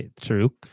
true